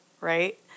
right